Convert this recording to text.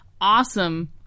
awesome